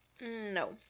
No